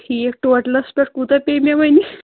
ٹھیٖک ٹوٹلَس پٮ۪ٹھ کوٗتاہ پیٚیہِ مےٚ وۅنۍ یہِ